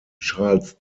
charles